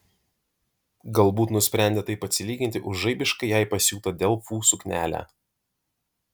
galbūt nusprendė taip atsilyginti už žaibiškai jai pasiūtą delfų suknelę